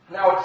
Now